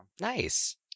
Nice